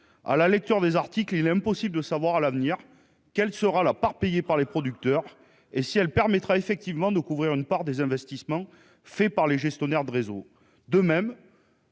À la lecture de ces articles, il est impossible de savoir quelle sera la part payée à l'avenir par les producteurs et si elle permettra bien de couvrir une part des investissements faits par les gestionnaires de réseaux. De même,